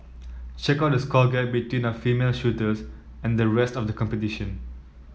check out the score gap between our female shooters and the rest of the competition